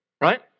Right